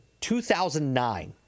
2009